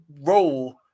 role